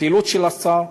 הפעילות של השר,